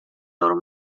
loro